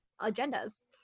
agendas